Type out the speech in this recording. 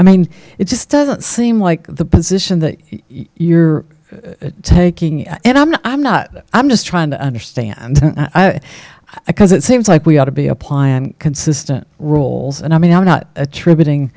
i mean it just doesn't seem like the position that you're taking and i'm not i'm not i'm just trying to understand a cause it seems like we ought to be applying consistent rules and i mean i'm not attributing